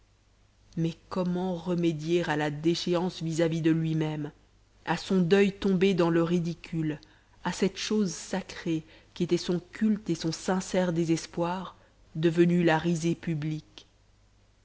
mais comment remédier à la déchéance vis-à-vis de lui-même à son deuil tombé dans le ridicule à cette chose sacrée qu'étaient son culte et son sincère désespoir devenue la risée publique